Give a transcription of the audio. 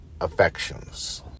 Affections